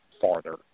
farther